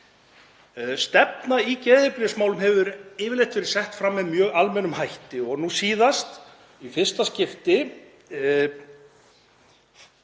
Stefna í geðheilbrigðismálum hefur yfirleitt verið sett fram með mjög almennum hætti og nú síðast, í fyrsta skipti,